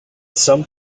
some